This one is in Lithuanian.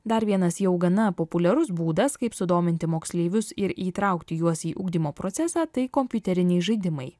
dar vienas jau gana populiarus būdas kaip sudominti moksleivius ir įtraukti juos į ugdymo procesą tai kompiuteriniai žaidimai